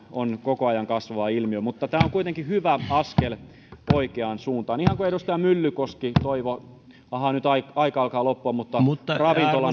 on koko ajan kasvava ilmiö mutta tämä on kuitenkin hyvä askel oikeaan suuntaan ihan niin kuin edustaja myllykoski toivoi ahaa nyt aika aika alkaa loppua mutta ravintola